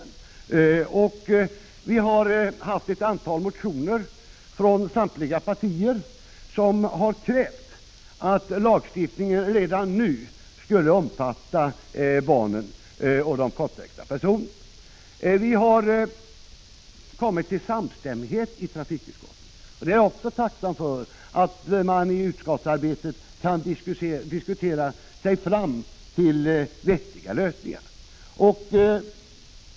Vi har i utskottet haft att behandla ett antal motioner från samtliga partier, där man krävt att lagstiftningen redan nu skulle omfatta även barn och kortväxta personer. Vi har kommit till samstämmighet i trafikutskottet. Jag är tacksam för att vi i utskottsarbetet kan diskutera oss fram till vettiga lösningar.